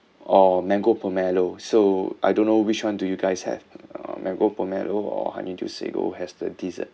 or mango pomelo so I don't know which one do you guys have uh mango pomelo or honeydew sago has the dessert